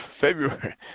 February